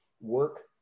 work